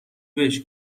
بهش